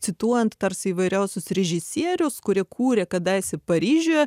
cituojant tarsi įvairiausius režisierius kurie kūrė kadaise paryžiuje